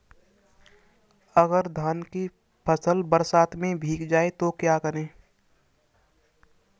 अगर धान की फसल बरसात में भीग जाए तो क्या करें?